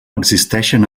existeixen